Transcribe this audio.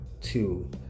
two